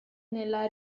nella